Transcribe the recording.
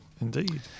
indeed